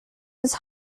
was